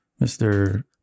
mr